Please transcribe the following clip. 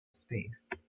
space